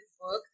book